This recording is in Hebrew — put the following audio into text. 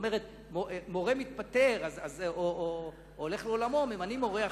מורה מתפטר או הולך לעולמו, ממנים מורה אחר.